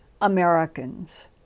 Americans